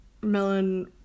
melon